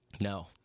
No